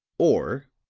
or,